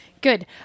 Good